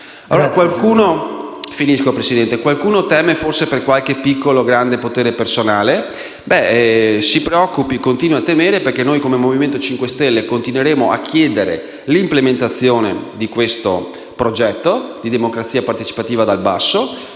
Qualcuno teme forse per qualche piccolo o grande potere personale? Si preoccupi e continui a temere perché noi, come Movimento 5 Stelle, continueremo a chiedere l'implementazione di questo progetto di democrazia partecipativa dal basso